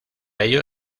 ello